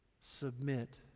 submit